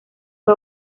fue